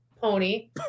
pony